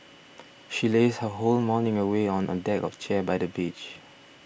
she lazed her whole morning away on a deck of chair by the beach